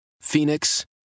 Phoenix